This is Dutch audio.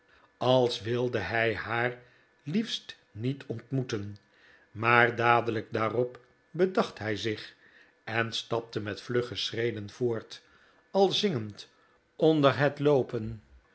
als wilde hij haar liefst niet ontmoeten maar dadelijk daarop bedacht hij zich en stapte met vlugge schreden voort al zingend onder het loopen